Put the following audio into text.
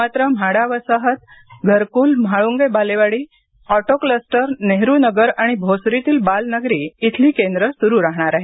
मात्र म्हाडा वसाहत घरकुल म्हाळुंगे बालेवाडी ऑटो क्लस्टर नेहरूनगर आणि भोसरीतील बाल नगरी इथली केंद्र सुरू राहणार आहेत